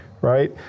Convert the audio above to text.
right